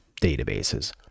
databases